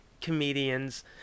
comedians